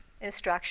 instruction